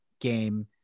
game